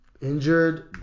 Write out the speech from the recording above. Injured